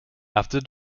after